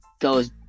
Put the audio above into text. goes